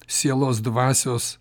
sielos dvasios